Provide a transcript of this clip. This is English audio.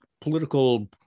political